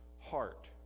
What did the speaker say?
heart